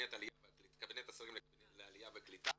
לקבינט השרים לעליה וקליטה